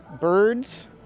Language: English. birds